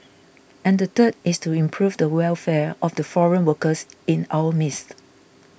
and the third is to improve the welfare of the foreign workers in our midst